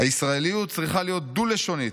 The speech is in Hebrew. "הישראליות צריכה להיות דו-לשונית,